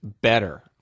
better